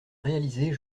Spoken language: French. réaliser